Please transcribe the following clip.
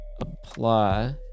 apply